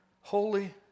holy